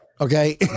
Okay